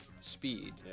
speed